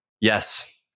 Yes